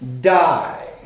die